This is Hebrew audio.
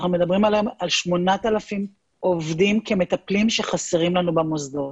אנחנו מדברים על 8,000 עובדים כמטפלים שחסרים לנו במוסדות.